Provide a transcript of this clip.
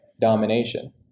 domination